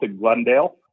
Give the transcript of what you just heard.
Glendale